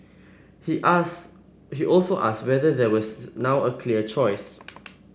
he ask he also asked whether there was now a clear choice